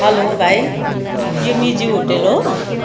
hello भाइ यो मितज्यू होटल हो